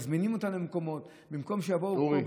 מזמינים אותם למקומות, אורי.